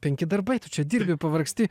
penki darbai tu čia dirbi pavargsti